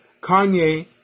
Kanye